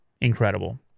Incredible